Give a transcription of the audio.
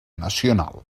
nacional